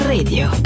Radio